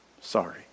sorry